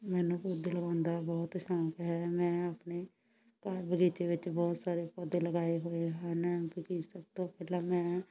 ਮੈਨੂੰ ਪੌਦੇ ਲਗਾਉਣ ਦਾ ਬਹੁਤ ਸ਼ੌਂਕ ਹੈ ਮੈਂ ਆਪਣੇ ਘਰ ਬਗੀਚੇ ਵਿੱਚ ਬਹੁਤ ਸਾਰੇ ਪੌਦੇ ਲਗਾਏ ਹੋਏ ਹਨ ਕਿਉਂਕਿ ਸਭ ਤੋਂ ਪਹਿਲਾਂ ਮੈਂ